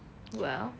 well